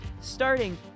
starting